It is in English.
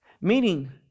Meaning